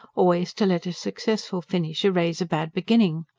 always to let a successful finish erase a bad beginning.